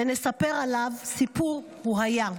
ונספר עליו סיפור, "הוא היה".